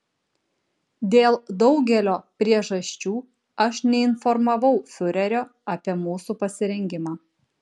dėl daugelio priežasčių aš neinformavau fiurerio apie mūsų pasirengimą